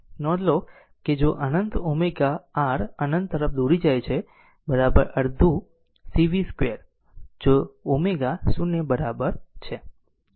નોંધ લો કે જે અનંત ઓમેગા r અનંત તરફ દોરી જાય છે અર્ધ C v0 2 જે ઓમેગા c 0 બરાબર છે